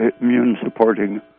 immune-supporting